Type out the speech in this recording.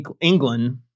England